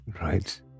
Right